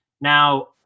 Now